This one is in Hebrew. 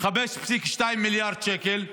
5.2 מיליארד שקל?